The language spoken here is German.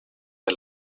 der